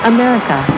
America